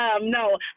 no